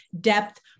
depth